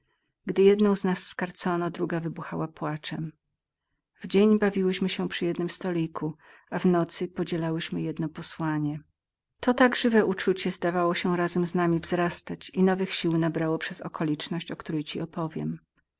gdy chciano nas chociaż na chwilę rozdzielićrozdzielić w dzień bawiłyśmy się przy jednym stoliku a w nocy podzielałyśmy jedno posłanie to tak żywe uczucie zdawało się razem z nami wzrastać i nowych sił nabrało przez okoliczność którą ci opowiem